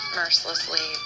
mercilessly